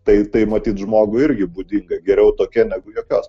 tai tai matyt žmogui irgi būdinga geriau tokia negu jokios